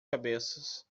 cabeças